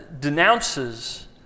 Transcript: denounces